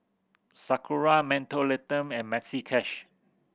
Sakura Mentholatum and Maxi Cash